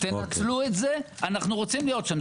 תנצלו את זה, אנחנו רוצים להיות שם.